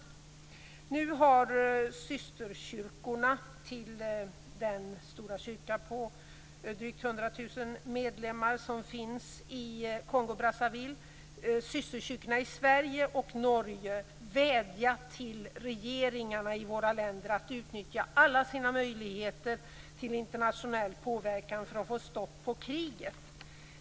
I Sverige och Norge har nu systerkyrkorna till den stora kyrka med drygt 100 000 medlemmar som finns i Kongo-Brazzaville vädjat till regeringarna i våra länder att utnyttja alla sina möjligheter till internationell påverkan för att få stopp på kriget.